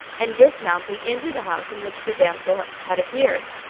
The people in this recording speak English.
and dismounting entered the house in which the damsel had appeared.